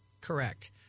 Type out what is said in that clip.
Correct